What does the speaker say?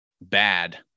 bad